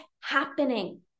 happening